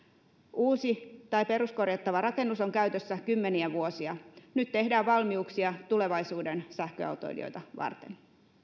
uusi tai peruskorjattava rakennus on käytössä kymmeniä vuosia eli nyt tehdään valmiuksia tulevaisuuden sähköautoilijoita varten